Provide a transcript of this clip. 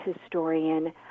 historian